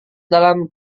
dalam